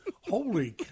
Holy